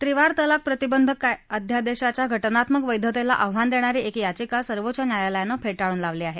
त्रिवार तलाक प्रतिबंधक अध्यादेशाच्या घटनात्मक वध्वीला आव्हान देणारी एक याचिका सर्वोच्च न्यायालयानं फेटाळून लावली आहे